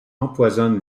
empoisonne